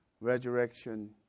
resurrection